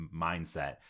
mindset